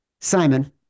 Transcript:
Simon